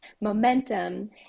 momentum